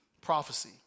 prophecy